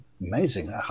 amazing